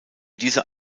diese